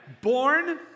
born